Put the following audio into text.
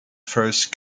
first